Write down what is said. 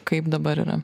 kaip dabar yra